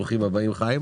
ברוכים הבאים.